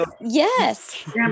yes